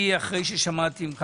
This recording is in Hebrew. אחרי ששמעתי ממך